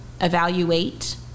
evaluate